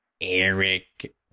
Eric